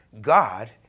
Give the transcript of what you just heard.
God